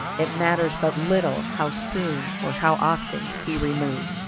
it matters but little how soon or how often he removes.